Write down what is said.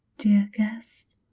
dear guest.